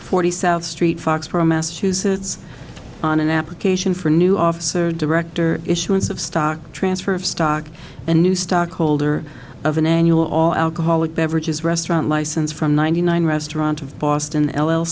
forty south street foxboro massachusetts on an application for new office or director issuance of stock transfer of stock a new stock holder of an annual all alcoholic beverages restaurant license from ninety nine restaurant of boston l l